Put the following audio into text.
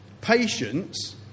patience